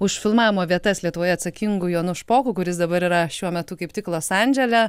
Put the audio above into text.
už filmavimo vietas lietuvoje atsakingu jonu špoku kuris dabar yra šiuo metu kaip tik los andžele